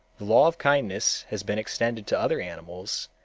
the law of kindness has been extended to other animals,